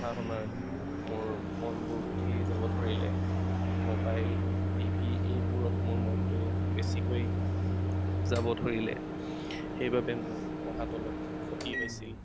পঢ়া শুনাৰ মোৰ মনবোৰ উঠি যাব ধৰিলে মবাইল টি ভি এইবোৰত মোৰ মনটো বেছিকৈ যাব ধৰিলে সেইবাবে মোৰ পঢ়াত অলপ ক্ষতি হৈছিল